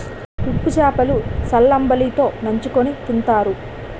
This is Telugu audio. ఉప్పు సేప లు సల్లంబలి తో నంచుకుని తింతారు